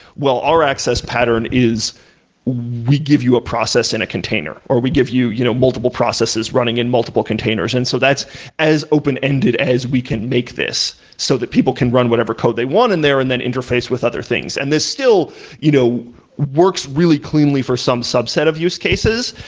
well, our pattern is we give you a process in a container, or we give you you know multiple processes running in multiple containers, and so that's as open ended as we can make this so that people can run whatever code they want in there and then interface with other things, and this still you know works really cleanly for some subset of use cases.